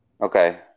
Okay